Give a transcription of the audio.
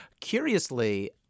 Curiously